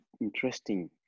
interesting